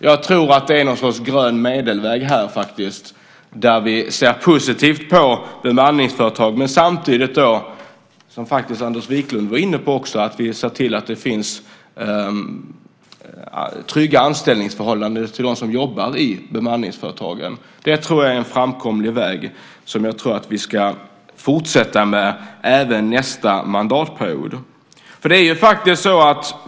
Jag tror att det ska vara något slags grön medelväg där vi ser positivt på bemanningsföretag men samtidigt, som Anders Wiklund var inne på, ser till att det finns trygga anställningsförhållanden för dem som jobbar för bemanningsföretagen. Det tror jag är en framkomlig väg som jag tror att vi ska fortsätta med även nästa mandatperiod.